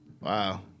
Wow